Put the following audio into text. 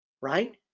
right